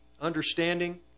understanding